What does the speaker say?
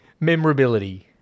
Memorability